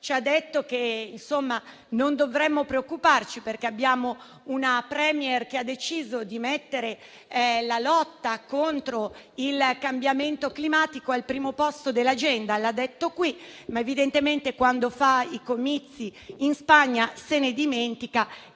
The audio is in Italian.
ci ha detto che non dovremmo preoccuparci, perché abbiamo una *Premier* che ha deciso di mettere la lotta contro il cambiamento climatico al primo posto dell'agenda. L'ha detto qui, ma evidentemente quando fa i comizi in Spagna se ne dimentica